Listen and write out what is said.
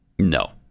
No